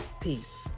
Peace